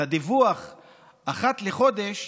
אחת לחודש